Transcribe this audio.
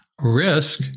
risk